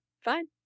fine